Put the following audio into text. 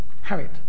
Harriet